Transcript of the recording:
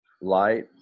light